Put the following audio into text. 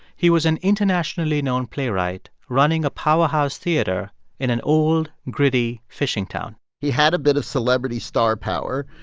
he was an internationally known playwright, running a powerhouse theater in an old, gritty fishing town he had a bit of celebrity star power.